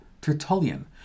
Tertullian